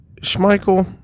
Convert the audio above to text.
Schmeichel